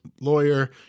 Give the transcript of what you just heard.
lawyer